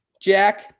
Jack